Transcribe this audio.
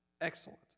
Excellent